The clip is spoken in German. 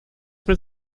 mit